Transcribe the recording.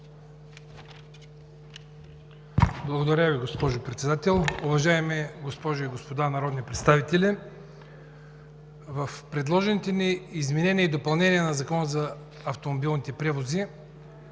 Благодаря Ви, госпожо Председател. Уважаеми госпожи и господа народни представители! В предложените изменения и допълнения на Закона за автомобилните превози